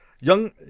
young